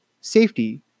safety